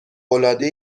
العاده